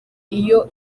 iyo